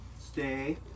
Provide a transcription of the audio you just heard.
Stay